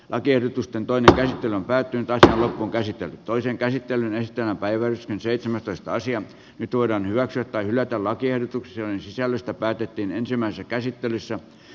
lakiehdotusten toinen käsittely päättyy tältä on kai sitten toisen käsittelyn ehtoopäivän seitsemäntoista nyt voidaan hyväksyä tai hylätä lakiehdotukset joiden sisällöstä päätettiin ensimmäisessä käsittelyssä